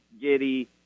Giddy